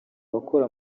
bakora